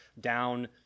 down